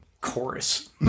Chorus